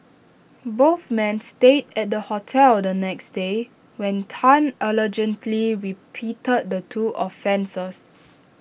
both men stayed at the hotel the next day when Tan allegedly repeated the two offences